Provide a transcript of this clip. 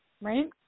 right